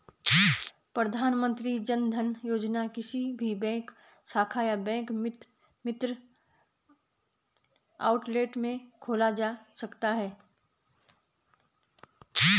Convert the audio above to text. प्रधानमंत्री जनधन योजना किसी भी बैंक शाखा या बैंक मित्र आउटलेट में खोला जा सकता है